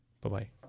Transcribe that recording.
Bye-bye